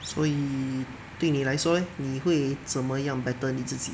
所以对你来说 leh 你会怎么样 better 你自己